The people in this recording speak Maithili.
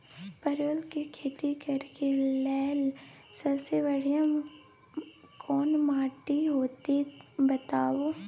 परवल के खेती करेक लैल सबसे बढ़िया कोन माटी होते बताबू?